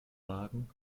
wagen